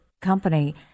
company